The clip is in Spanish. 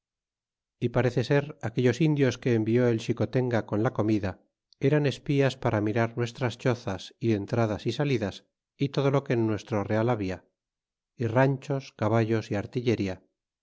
y parece ser aquellos indios que envió el xicotenga con la comida eran espías para mirar nuestras chozas y entradas y salidas y todo lo que en nuestro real habla y ranchos caballos y arstilleria